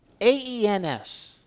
A-E-N-S